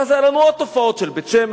ואז היו לנו עוד תופעות של בית-שמש,